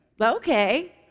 okay